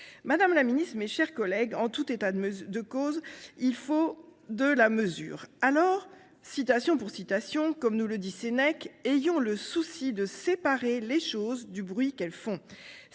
Madame la Ministre, mes chers collègues, en tout état de cause, il faut de la mesure. Alors, citation pour citation, comme nous le dit Sénèque, ayons le souci de séparer les choses du bruit qu'elles font.